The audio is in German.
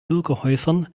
bürgerhäusern